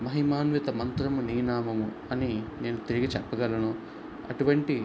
మహిమాన్విత మంత్రము నీ నామము అని నేను తిరిగి చెప్పగలను అటువంటి